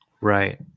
Right